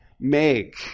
make